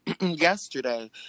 yesterday